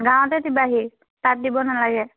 গাঁৱতে দিবাহি তাত দিব নালাগে